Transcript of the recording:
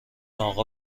آقا